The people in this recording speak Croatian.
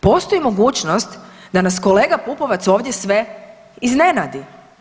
Postoji mogućnost da nas kolega Pupovac ovdje sve iznenadi.